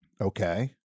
Okay